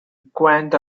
gnawed